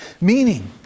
meaning